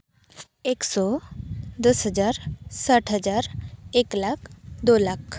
ᱮᱠᱥᱳ ᱫᱚᱥ ᱦᱟᱡᱟᱨ ᱥᱟᱴ ᱦᱟᱡᱟᱨ ᱮᱠ ᱞᱟᱠᱷ ᱫᱳ ᱞᱟᱠᱷ